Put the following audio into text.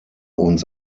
uns